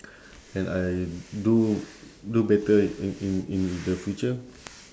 then I do do better in in in the future